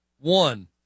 One